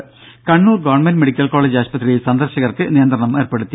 രുഭ Kannur government medical college ആശുപത്രിയിൽ സന്ദർശകർക്ക് നിയന്ത്രണം ഏർപ്പെടുത്തി